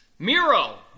Miro